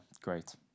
great